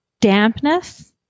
dampness